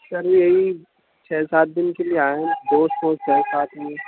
سر یہی چھ سات دِن کے لیے آیا ہوں دوست ووست ہیں ساتھ میں